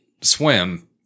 swim